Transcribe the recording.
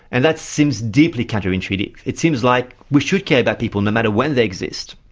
and that seems deeply counterintuitive, it seems like we should care about people, no matter when they exist.